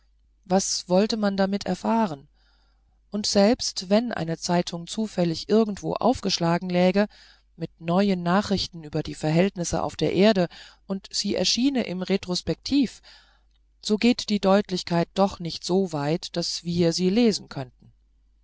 was wollte man damit erfahren und selbst wenn eine zeitung zufällig irgendwo aufgeschlagen läge mit neuen nachrichten über die verhältnisse auf der erde und sie erschiene im retrospektiv so geht die deutlichkeit doch nicht so weit daß wir sie lesen könnten